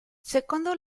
secondo